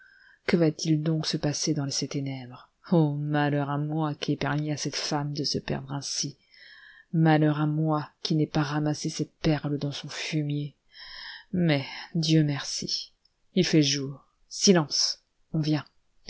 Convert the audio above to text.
que va-t-il donc se passer dans ces ténèbres oh malheur à moi qui ai permis à cette femme de se perdre ainsi malheur à moi qui n'ai pas ramassé cette perle dans son fumier mais dieu merci il fait jour silence on vient